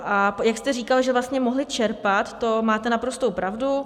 A jak jste říkal, že vlastně mohli čerpat, to máte naprostou pravdu.